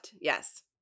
Yes